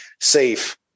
safe